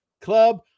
club